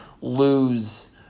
lose